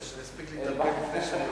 שאני אספיק להתארגן לפני שאני עולה?